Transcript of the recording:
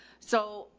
so,